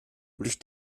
durch